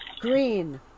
Green